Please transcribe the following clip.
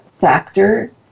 factor